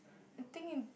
I think